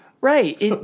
Right